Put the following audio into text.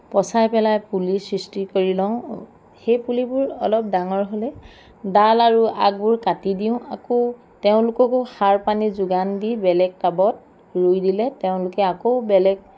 পচাই পেলাই পুলিৰ সৃষ্টি কৰি লওঁ সেই পুলিবোৰ অলপ ডাঙৰ হ'লে ডাল আৰু আগবোৰ কাটি দিওঁ আৰু তেওঁলোককো সাৰ পানী যোগান দি বেলেগ টাবত ৰুই দিলে তেওঁলোকে আকৌ বেলেগ